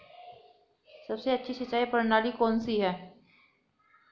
सबसे अच्छी सिंचाई प्रणाली कौन सी है?